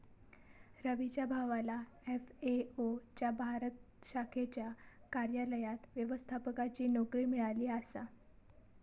रवीच्या भावाला एफ.ए.ओ च्या भारत शाखेच्या कार्यालयात व्यवस्थापकाची नोकरी मिळाली आसा